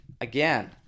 again